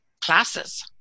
classes